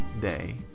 day